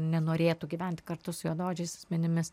nenorėtų gyventi kartu su juodaodžiais asmenimis